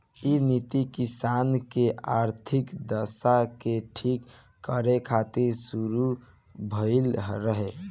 इ नीति किसान के आर्थिक दशा के ठीक करे खातिर शुरू भइल रहे